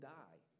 die